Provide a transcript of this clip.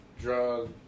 drug